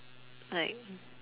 like